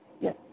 yes